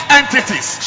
entities